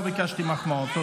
לא ביקשתי מחמאות.